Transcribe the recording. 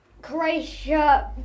Croatia